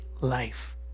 life